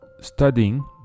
studying